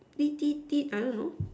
I don't know